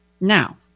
Now